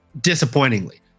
disappointingly